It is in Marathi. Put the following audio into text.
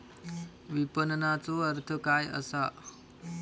विपणनचो अर्थ काय असा?